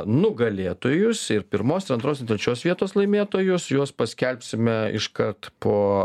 nugalėtojus ir pirmos ir antros ir trečios vietos laimėtojus juos paskelbsime iškart po